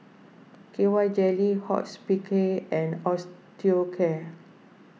K Y Jelly Hospicare and Osteocare